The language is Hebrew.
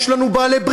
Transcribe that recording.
יש לנו בעלי-ברית.